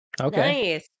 Okay